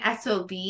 SOB